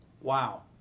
Wow